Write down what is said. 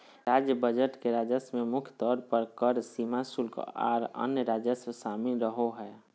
राज्य बजट के राजस्व में मुख्य तौर पर कर, सीमा शुल्क, आर अन्य राजस्व शामिल रहो हय